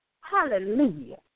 Hallelujah